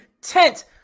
tent